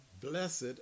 Blessed